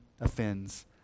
offends